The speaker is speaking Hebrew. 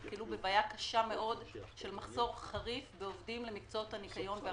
נתקלו בבעיה קשה של מחסור חריף בעובדים למקצועות הניקיון והחדרנות.